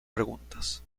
preguntas